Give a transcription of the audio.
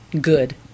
Good